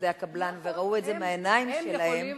עובדי הקבלן וראו את זה בעיניים שלהם.